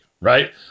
right